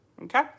okay